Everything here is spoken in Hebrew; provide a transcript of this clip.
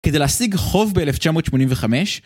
כדי להשיג חוב ב-1985